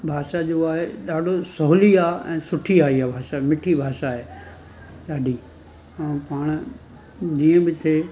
भाषा जो आहे ॾाढो सवली आहे ऐं सुठी आहे इहा भाषा मिठी भाषा आहे ॾाढी ऐं पाणि जीअं बि थिए